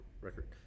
record